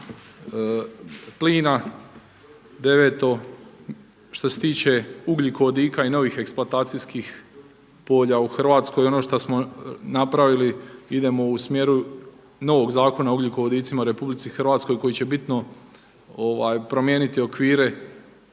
plina. Deveto, što se tiče ugljikovodika i novih eksploatacijskih polja u Hrvatskoj. Ono što smo napravili idemo u smjeru novog Zakona o ugljikovodicima u RH koji će bitno promijeniti okvire,